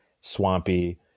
swampy